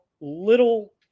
little